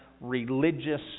religious